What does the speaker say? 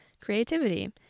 creativity